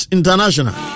International